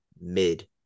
mid